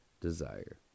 desire